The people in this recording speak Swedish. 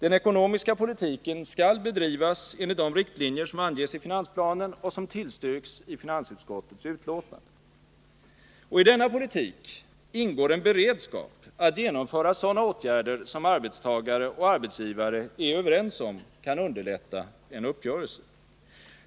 Den ekonomiska politiken skall bedrivas enligt de riktlinjer som anges i finansplanen och som tillstyrks i finansutskottets betänkande. I denna politik ingår en beredskap att genomföra sådana åtgärder som arbetstagare och arbetsgivare är överens om kan underlätta en uppgörelse.